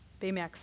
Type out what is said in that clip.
Baymax